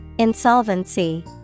Insolvency